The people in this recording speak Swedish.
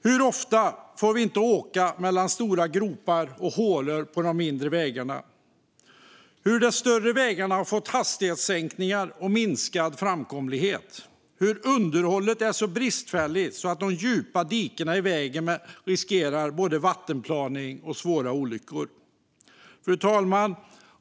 Hur ofta får vi inte åka mellan stora gropar och hål på de mindre vägarna? Vi ser hur de större vägarna har fått hastighetssänkningar och minskad framkomlighet. Vi ser hur underhållet är så bristfälligt att de djupa dikena i vägen riskerar att orsaka både vattenplaning och svåra olyckor. Fru talman!